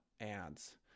ads